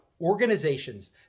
organizations